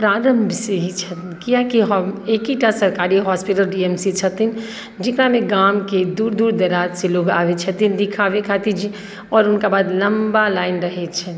प्रारम्भसँ ही छलै कियाकि हम एक्के टा सरकारी hospital D M C H छथिन जकरामे गामके दूर दूर दराजसँ लोक आबैत छथिन दिखाबय खातिर आओर हुनकाबाद लम्बा लाइन रहैत छनि